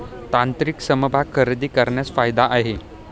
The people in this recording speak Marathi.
तांत्रिक समभाग खरेदी करण्यात फायदा आहे